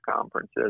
conferences